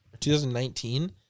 2019